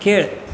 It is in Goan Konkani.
खेळ